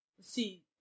see